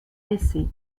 laissé